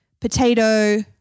potato